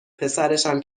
پسرشم